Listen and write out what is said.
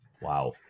Wow